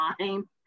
time